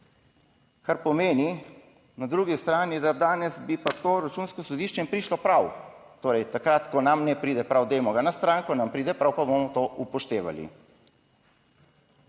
Kar pomeni na drugi strani, da danes bi pa to Računsko sodišče prišlo prav, torej takrat, ko nam ne pride prav, dajmo ga na stran, ko nam pride prav, pa bomo to upoštevali.